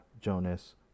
Jonas